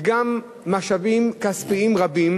וגם משאבים כספיים רבים,